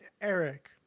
Eric